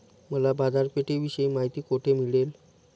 मला बाजारपेठेविषयी माहिती कोठे मिळेल?